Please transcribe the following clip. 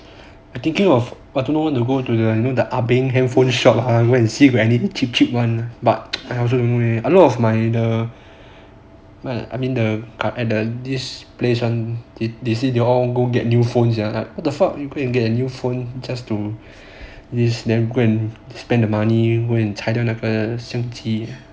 I thinking of what want to go to the you know the ah beng handphone shop go and see whether got any cheap cheap [one] but I also a lot of my the err I mean the this place [one] they say they all go get new phones sia what the fuck you go get a new phone just to you spend the money then 拆掉那个相机